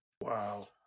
wow